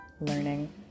learning